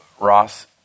Ross